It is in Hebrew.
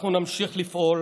אנחנו נמשיך לפעול